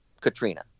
Katrina